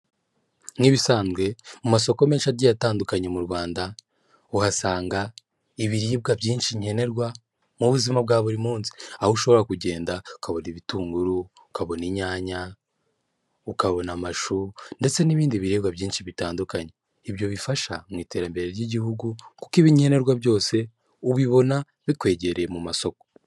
Nk'ibisanzwe, mu masoko menshi agiye atandukanye mu Rwanda, uhasanga ibiribwa byinshi nkenerwa mu buzima bwa buri munsi. Aho ushobora kugenda ukabona ibitunguru, ukabona inyanya, ukabona amashu ndetse n'ibindi biribwa byinshi bitandukanye. Ibyo bifasha mu iterambere ry'igihugu kuko ibi nkenerwa byose ubibona bikwegereye mu masoko.